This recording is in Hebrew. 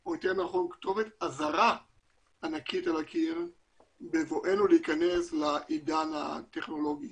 או יותר נכון כתובת אזהרה ענקית על הקיר בבואנו להכנס לעידן הטכנולוגי.